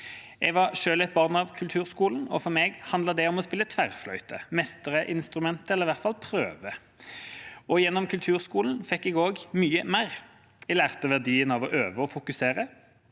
Jeg var selv et barn av kulturskolen, og for meg handlet det om å spille tverrfløyte, mestre instrumentet – eller i hvert fall prøve. Gjennom kulturskolen fikk jeg også mye mer. Jeg lærte verdien av å øve og fokusere